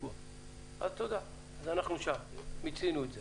אז תודה, מיצינו את זה.